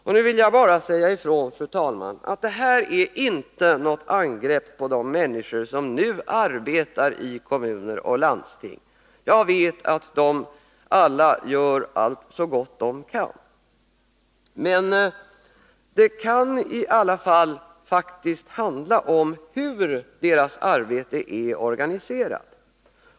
Jag vill bara säga ifrån, fru talman, att det här inte är något angrepp på de människor som nu arbetar i kommuner och landsting. Jag vet att de alla gör allt så gott de kan. Men det kan i alla fall handla om hur deras arbete är organiserat.